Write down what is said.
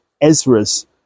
Ezra's